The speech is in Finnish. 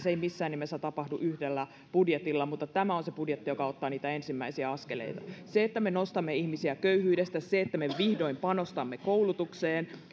eikä se missään nimessä tapahdu yhdellä budjetilla mutta tämä on se budjetti joka ottaa niitä ensimmäisiä askeleita se että me nostamme ihmisiä köyhyydestä se että me vihdoin panostamme koulutukseen